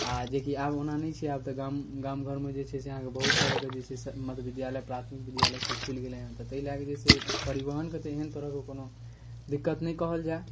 आओर जेकि आब ओना नहि छै आब तऽ गाम गामघरमे जे छै से अहाँके बहुत तरहके जे छै से मध्य विद्यालय प्राथमिक विद्यालयसब खुलि गेलै हँ तऽ ताहि लऽ कऽ जे छै से परिवहनके तऽ एहन तरहके कोनो दिक्कत नहि कहल जाए